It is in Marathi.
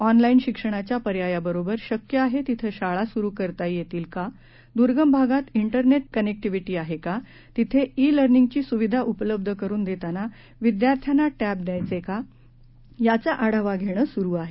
ऑनलाईन शिक्षणाच्या पर्यायाबरोबर शक्य आहे तिथं शाळा सुरु करता येतील का दूर्गम भागात विरनेट कनेक्टिव्हिटी आहे का तिथे ई लर्निंगची सुविधा उपलब्ध करून देताना विद्यार्थ्यांना टॅब द्यायचे का याचा आढावा घेणं सुरु आहे